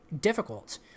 difficult